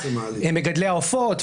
מגדלי העופות,